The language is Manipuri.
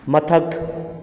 ꯃꯊꯛ